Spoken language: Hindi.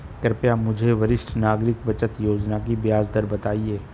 कृपया मुझे वरिष्ठ नागरिक बचत योजना की ब्याज दर बताएं